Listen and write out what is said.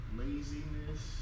laziness